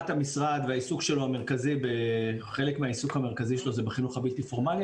בחינוך הבלתי פורמלי.